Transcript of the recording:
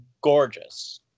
gorgeous